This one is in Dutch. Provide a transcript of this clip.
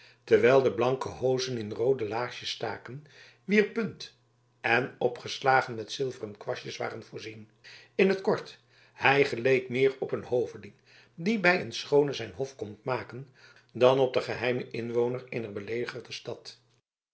terwijl de blanke hozen in roode laarsjes staken wier punt en opslagen met zilveren kwastjes waren voorzien in t kort hij geleek meer op een hoveling die bij een schoone zijn hof komt maken dan op den geheimen inwoner eener belegerde stad